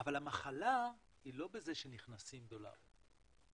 אבל המחלה היא לא בזה שנכנסים דולרים,